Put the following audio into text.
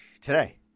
today